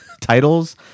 titles